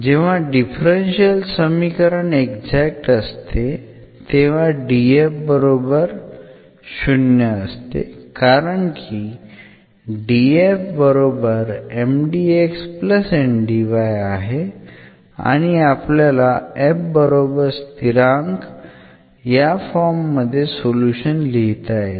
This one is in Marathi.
जेव्हा डिफरन्शियल समीकरण एक्झॅक्ट असते तेव्हा असते कारण की आहे आणि आपल्याला f बरोबर स्थिरांक या फॉर्म मध्ये सोल्युशन लिहिता येते